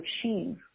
achieve